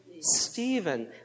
Stephen